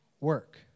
work